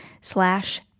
slash